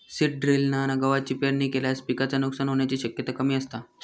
seed ड्रिलना गवाची पेरणी केल्यास पिकाचा नुकसान होण्याची शक्यता कमी असता